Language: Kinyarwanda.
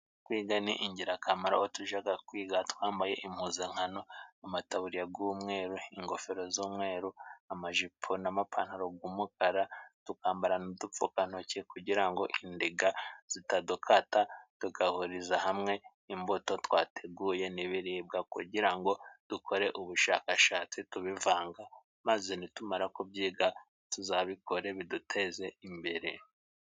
Kwiga ni ingirakamaro aho tujaga kwiga twambaye impuzankano, amataburiya g'umwe, ingofero z'umweru, amajipo n'amapantaro g'umukara, tukamba n'udupfukantoki kugira indega zitadukata tugahuriza hamwe imbuto twateguye n'ibiribwa kugira ngo dukore ubushakashatsi tubivanga maze nitumara kubyiga tuzabikore biduteze imbere.